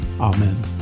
Amen